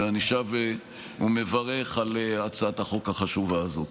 ואני שב ומברך על הצעת החוק החשובה הזאת.